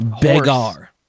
Beggar